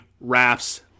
wraps